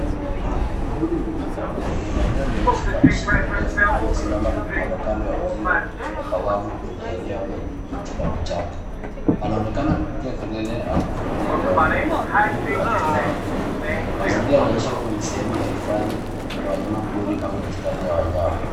Mbuni mkubwa, mwenye manyoya meusi na shingo ndefu amesimama kando kando ya uzio wa wavu kwenye eneo lenye miti na vichaka. Anaonekana kupiga kelele au kufungua mdomo huku akitazama juu. Mazingira yanaonyesha kwamba ni sehemu ya hifadhi ya wanyamapori au bustani ya wanyama.